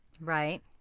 Right